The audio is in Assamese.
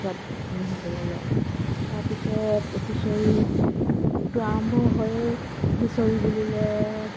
তাত আমি সকলোৱে লওঁ তাৰপিছত হুঁচৰিতো আৰম্ভ হয়েই হুঁচৰি বুলিলে